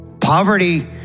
Poverty